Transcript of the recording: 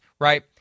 right